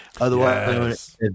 Otherwise